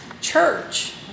Church